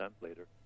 later